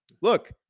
look